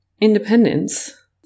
independence